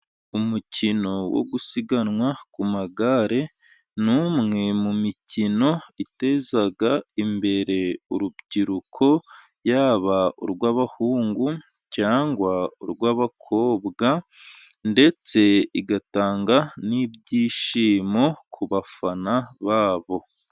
Umukino wo gusiganwa ku magare ni umwe mu mikino iteza imbere urubyiruko, yaba urw'abahungu cyangwa urw'abakobwa ndetse igatanga n'ibyishimo ku bafana babo.